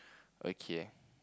okay